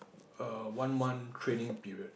err one month training period